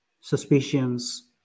suspicions